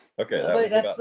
Okay